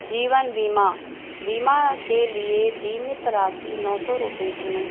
जीवन बीमा बीमा के लिए बीमित राशि नौ सौ रुपये चुनें